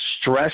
stress